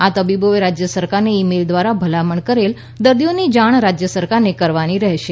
આ તબીબોએ રાજ્ય સરકારને ઈ મેઈલ દ્વારા ભલામણ કરેલ દર્દીઓની જાણ રાજ્ય સરકારને કરવાની રહેશે